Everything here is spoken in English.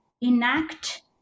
enact